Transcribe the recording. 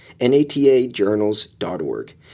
natajournals.org